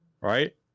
right